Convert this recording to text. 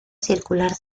circular